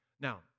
Now